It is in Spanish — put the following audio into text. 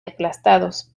aplastados